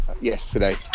yesterday